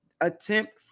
attempt